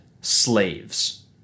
slaves